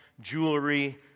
jewelry